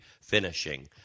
finishing